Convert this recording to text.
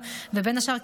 בין השאר,